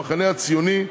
המחנה הציוני,